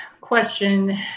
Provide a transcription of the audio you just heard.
question